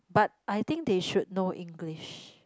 but I think they should know English